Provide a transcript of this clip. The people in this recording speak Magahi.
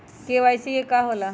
के.वाई.सी का होला?